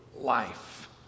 life